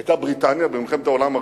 היתה בריטניה, במלחמת העולם השנייה,